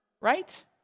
right